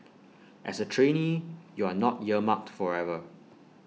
as A trainee you are not earmarked forever